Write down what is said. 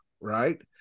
right